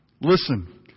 Listen